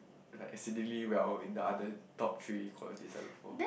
is like exceedingly well in the other top three qualities I look for